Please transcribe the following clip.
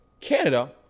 Canada